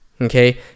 Okay